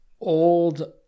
old